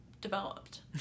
developed